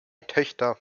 töchter